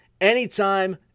anytime